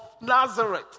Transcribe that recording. Nazareth